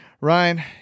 Ryan